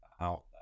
out